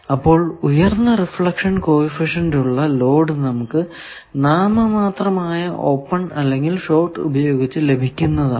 അപ്പോൾ ഉയർന്ന reflection coefficient ഉള്ള ലോഡ് നമുക്ക് നാമമാത്രമായ ഓപ്പൺ അല്ലെങ്കിൽ ഷോർട് ഉപയോഗിച്ച് ലഭിക്കുന്നതാണ്